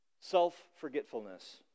Self-forgetfulness